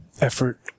effort